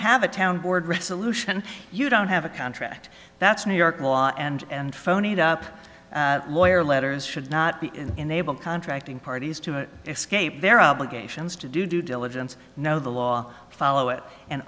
have a town board resolution you don't have a contract that's new york law and phony it up lawyer letters should not be enabled contracting parties to escape their obligations to do due diligence know the law follow it and